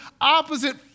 opposite